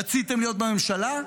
רציתם להיות בממשלה,